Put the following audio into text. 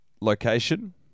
Location